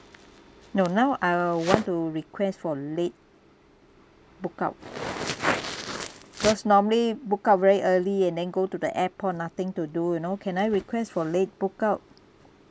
no now I want to request for late book out because normally book out very early and then go to the airport nothing to do you know can I request for late book out